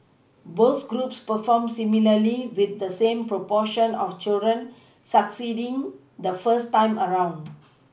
both groups performed similarly with the same proportion of children succeeding the first time around